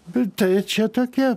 bet tai čia tokie